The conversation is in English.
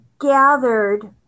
gathered